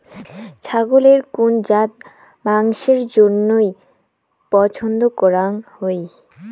ছাগলের কুন জাত মাংসের জইন্য পছন্দ করাং হই?